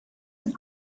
den